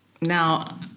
now